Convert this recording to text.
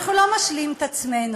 אנחנו לא משלים את עצמנו,